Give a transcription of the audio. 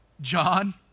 John